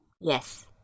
yes